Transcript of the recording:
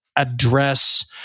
address